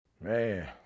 Man